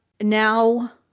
now